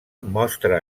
mostra